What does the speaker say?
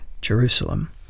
Jerusalem